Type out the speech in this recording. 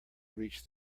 reach